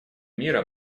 мира